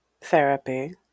therapy